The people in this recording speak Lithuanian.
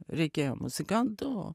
reikėjo muzikanto o